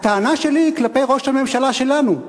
הטענה שלי היא כלפי ראש הממשלה שלנו.